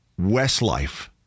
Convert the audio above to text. Westlife